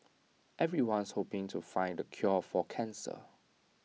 everyone's hoping to find the cure for cancer